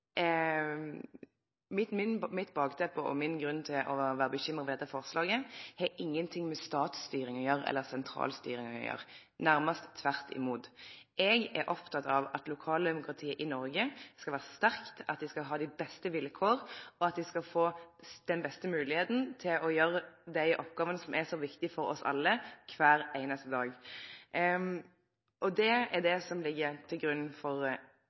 Mitt bakteppe og min grunn til å vere bekymra for dette forslaget har ingenting med statsstyring eller sentralstyring å gjere – nærmast tvert om. Eg er oppteken av at lokaldemokratiet i Noreg skal vere sterkt, at det skal ha dei beste vilkåra, og at det skal få den beste moglegheita til å gjere dei oppgåvene som er så viktige for oss alle kvar einaste dag. Det er det som ligg til grunn for